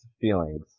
feelings